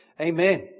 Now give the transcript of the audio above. Amen